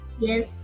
yes